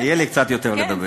כן, קצת יותר.